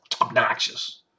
Obnoxious